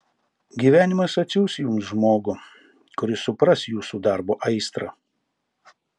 gyvenimas atsiųs jums žmogų kuris supras jūsų darbo aistrą